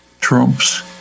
Trump's